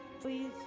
please